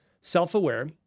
self-aware